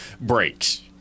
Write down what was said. breaks